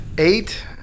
Eight